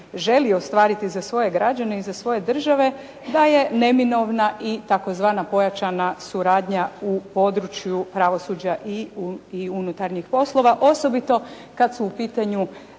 želi ostvariti za svoje građane i za svoje države da je neminovna i tzv. pojačana suradnja u području pravosuđa i unutarnjih poslova osobito kad su u pitanju